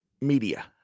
media